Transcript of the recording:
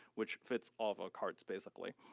which fits all of our cards basically.